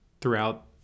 throughout